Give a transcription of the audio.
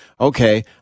Okay